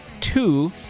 two